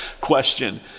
question